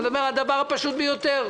אני מדבר על דבר פשוט ביותר.